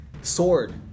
Sword